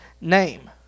name